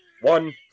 One